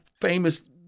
famous –